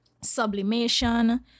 sublimation